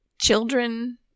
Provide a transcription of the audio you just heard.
children